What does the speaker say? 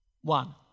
One